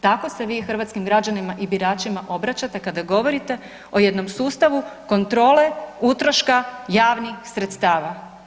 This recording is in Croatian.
Tako se vi hrvatskim građanima i biračima obraćate kada govorite o jednom sustavu kontrole utroška javnih sredstava.